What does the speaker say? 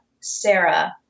Sarah